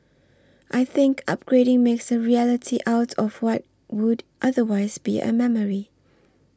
I think upgrading makes a reality out of what would otherwise be a memory